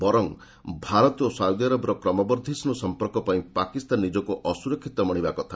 ବର୍ ଭାରତ ଓ ସାଉଦିଆରବର କ୍ରମବର୍ଦ୍ଧିଷ୍ଟ ସଂପର୍କ ପାଇଁ ପାକିସ୍ତାନ ନିଜକ୍ ଅସୁରକ୍ଷିତ ମଣିବା କଥା